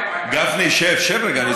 גפני, שב, שב רגע.